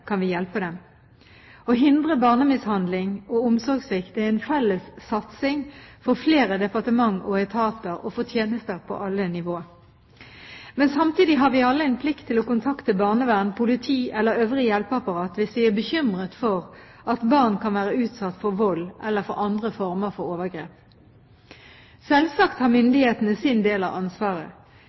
kan vi hjelpe dem. Å hindre barnemishandling og omsorgssvikt er en felles satsing for flere departementer og etater og for tjenester for alle nivåer. Men samtidig har vi alle en plikt til å kontakte barnevern, politi eller øvrig hjelpeapparat hvis vi er bekymret for at barn kan være utsatt for vold eller for andre former for overgrep. Selvsagt har myndighetene sin del av ansvaret.